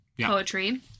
poetry